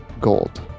gold